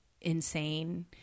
insane